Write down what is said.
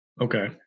Okay